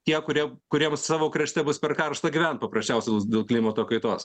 tie kurie kuriems savo krašte bus per karšta gyvent paprasčiausios dėl klimato kaitos